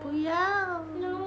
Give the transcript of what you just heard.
不要